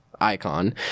icon